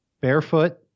Barefoot